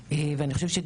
מסלול עוקף